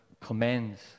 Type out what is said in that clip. commends